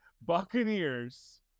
Buccaneers